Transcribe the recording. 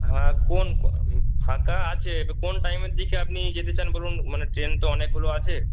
হ্যাঁ কোন ফাঁকা আছে কোন টাইমের দিকে আপনি যেতে চান বলুন মানে ট্রেন তো অনেকগুলো আছে